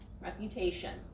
reputation